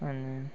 आनी